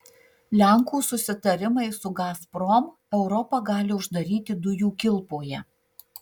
lenkų susitarimai su gazprom europą gali uždaryti dujų kilpoje